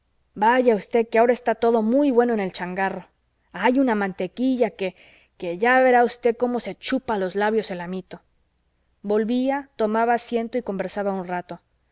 vaya usted que ahora está todo muy bueno en el changarro hay una mantequilla que qué ya verá usted cómo se chupa los labios el amito volvía tomaba asiento y conversaba un rato